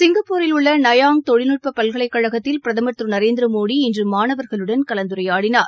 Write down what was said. சிங்கப்பூரில் உள்ள நயாய் தொழில்நுட்ப பல்கலைக்கழகத்தில் பிரதமர் திரு நரேந்திர மோடி மாணவர்களுடன் கலந்துரையாடினார்